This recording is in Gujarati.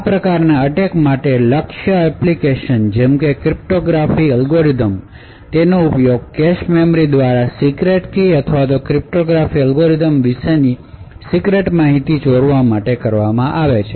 આ પ્રકારના એટેક માટે લક્ષ્ય એપ્લિકેશન જેમ કે ક્રિપ્ટોગ્રાફિક અલ્ગોરિધમ્સ તેનો ઉપયોગ કેશ મેમરી દ્વારા સીક્રેટ કી અથવા ક્રિપ્ટોગ્રાફિક અલ્ગોરિધમ વિશેની સીક્રેટ માહિતી ચોરી કરવા માટે કરવામાં આવે છે